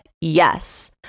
Yes